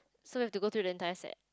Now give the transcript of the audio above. so we have to go through the entire set